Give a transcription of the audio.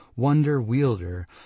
wonder-wielder